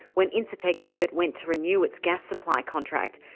when incitec pivot went to renew its gas supply contract,